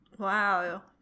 Wow